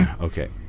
Okay